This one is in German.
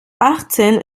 achtzehn